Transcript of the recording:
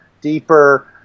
deeper